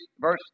verse